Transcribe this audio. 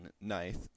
knife